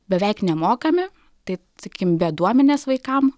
beveik nemokami tai sakykim bėduomenės vaikam